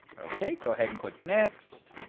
okay go ahead and click next,